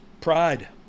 pride